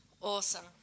awesome